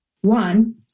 One